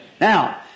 Now